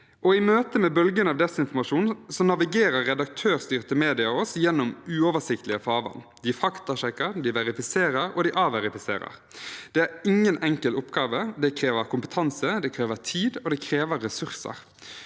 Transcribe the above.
I møte med bølgen av desinformasjon navigerer redaktørstyrte medier oss gjennom uoversiktlige farvann. De faktasjekker, verifiserer og avverifiserer. Det er ingen enkel oppgave. Det krever kompetanse, tid og ressurser.